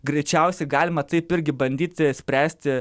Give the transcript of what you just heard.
greičiausiai galima taip irgi bandyti spręsti